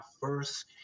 first